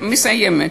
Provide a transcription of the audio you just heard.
מסיימת.